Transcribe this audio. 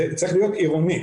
זה צריך להיות עירוני,